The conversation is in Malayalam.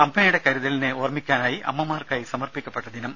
അമ്മയുടെ കരുതലിനെ ഓർമ്മിക്കാനായി അമ്മമാർക്കായി സമർപ്പിക്കപ്പെട്ട ദിനം